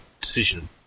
decision